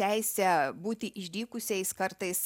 teisę būti išdykusiais kartais